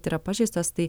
kad yra pažeistos tai